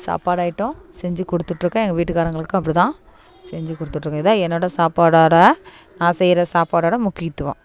சாப்பாடு ஐட்டம் செஞ்சுக் கொடுத்துட்ருக்கேன் எங்கள் வீட்டுக்காரவர்களுக்கும் அப்படிதான் செஞ்சுக் கொடுத்துட்ருக்கேன் இதுதான் என்னோடய சாப்பாடோடய நான் செய்கிற சாப்பாடோடய முக்கியத்துவம்